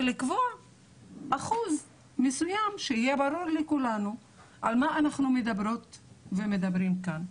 ולקבוע אחוז מסוים שיהיה ברור לכולנו על מה אנחנו מדברות ומדברים כאן.